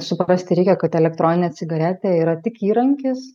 suprasti reikia kad elektroninė cigaretė yra tik įrankis